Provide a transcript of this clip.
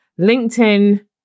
LinkedIn